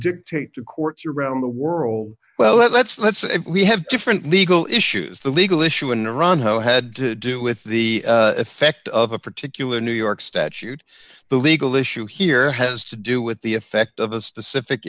dictate courts around the world well let's let's say we have different legal issues the legal issue in iran who had to do with the effect of a particular new york statute the legal issue here has to do with the effect of a specific